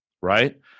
right